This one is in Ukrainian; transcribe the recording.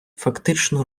фактично